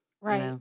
right